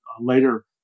later